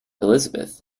elizabeth